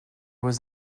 was